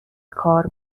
کار